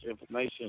information